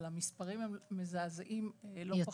אבל המספרים מזעזעים לא פחות.